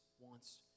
wants